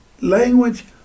language